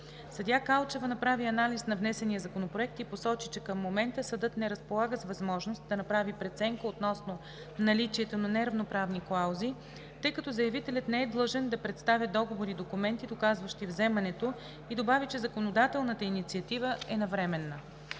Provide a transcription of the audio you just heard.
Съдия Калчева направи анализ на внесения законопроект и посочи, че към момента съдът не разполага с възможност да направи преценка относно наличието на неравноправни клаузи, тъй като заявителят не е задължен да представя договор и документи, доказващи вземането, и добави, че законодателната инициатива е навременна.